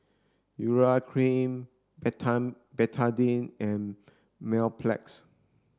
urea cream Betadine and Mepilex